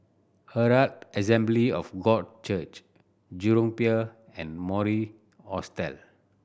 Herald Assembly of God Church Jurong Pier and Mori Hostel